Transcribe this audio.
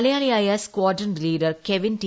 മലയാളിയായ squadron leader Kevin T